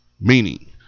meaning